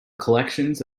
collections